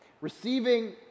receiving